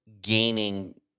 gaining